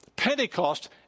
Pentecost